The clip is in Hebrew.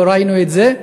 וכבר ראינו את זה.